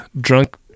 drunk